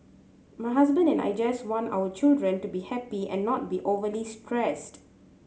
my husband and I just want our children to be happy and not be overly stressed